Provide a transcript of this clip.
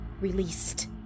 released